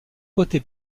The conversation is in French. côté